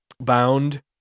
Bound